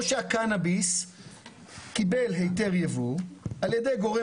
או שהקנאביס קיבל היתר יבוא על ידי גורם